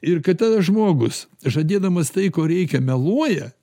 ir kada žmogus žadėdamas tai ko reikia meluoja